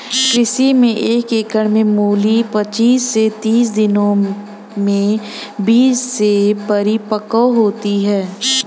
कृषि में एक पकड़ में मूली पचीस से तीस दिनों में बीज से परिपक्व होती है